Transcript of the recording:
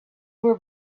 were